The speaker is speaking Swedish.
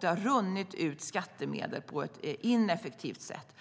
Det har runnit ut skattemedel på ett ineffektivt sätt.